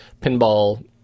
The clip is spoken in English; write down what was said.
pinball